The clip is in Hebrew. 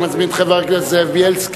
אני מזמין את חבר הכנסת זאב בילסקי,